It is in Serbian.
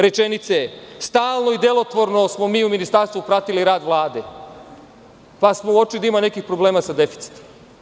Rečenice - stalno i delotvorno smo mi u ministarstvu pratili rad Vlade, pa smo uočili da ima nekih problema sa deficitom.